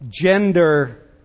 Gender